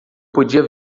podia